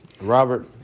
Robert